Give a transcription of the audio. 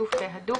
בשיתוף הדוק,